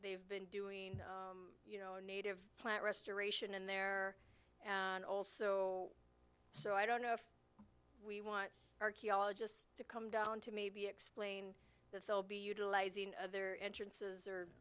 they've been doing you know native plant restoration in there and also so i don't know if we want archaeologists to come down to maybe explain that they'll be utilizing other entrances or